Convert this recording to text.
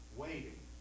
waiting